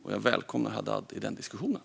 Jag välkomnar Haddad i den diskussionen.